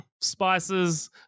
spices